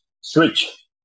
switch